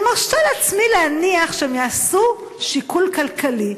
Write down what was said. אני מרשה לעצמי להניח שהם יעשו שיקול כלכלי,